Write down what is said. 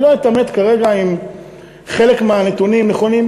אני לא אתעמת כרגע אם חלק מהנתונים נכונים.